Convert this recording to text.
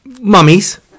Mummies